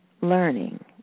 learning